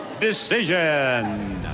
Decision